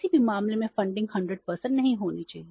किसी भी मामले में फंडिंग 100 नहीं होनी चाहिए